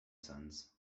sons